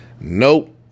nope